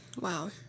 Wow